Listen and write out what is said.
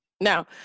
now